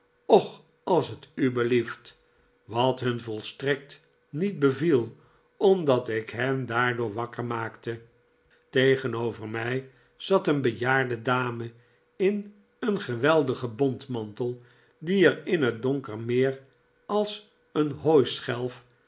och als het ubelieft wat hun volstrekt niet beviel omdat ik hen daardoor wakker maakte tegenover mij zat een bejaarde dame in een geweldigen bontmantel die er in het donker meer als een